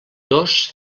dos